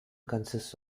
consists